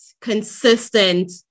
consistent